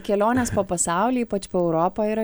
kelionės po pasaulį ypač po europą yra